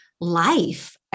life